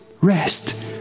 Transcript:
Rest